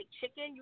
chicken